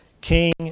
King